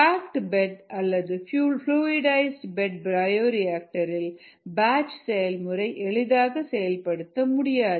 packed bed அல்லது fluidised bed பயோரியாக்டரில் batch செயல்முறையை எளிதாக செயல்படுத்த முடியாது